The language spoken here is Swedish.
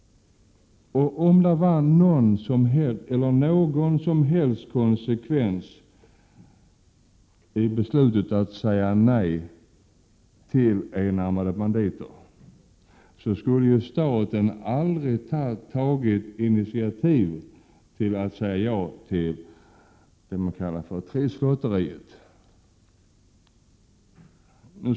Om det hade funnits någon som helst konsekvens i beslutet att säga nej till enarmade 161 banditer, skulle staten aldrig ha tagit initiativet till att säga ja till Trisslotteriet.